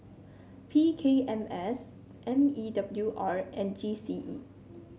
P K M S M E W R and G C E